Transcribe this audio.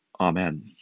Amen